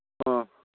ꯑ